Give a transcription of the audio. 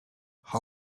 her